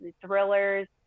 thrillers